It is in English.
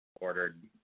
ordered